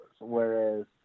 Whereas